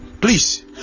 please